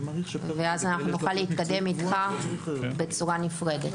ואז נוכל להתקדם איתך בצורה נפרדת.